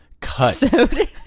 cut